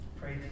pray